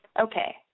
Okay